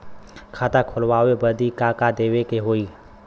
खाता खोलावे बदी का का देवे के होइ?